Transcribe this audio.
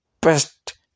best